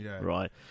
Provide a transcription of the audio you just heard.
right